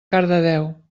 cardedeu